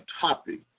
topic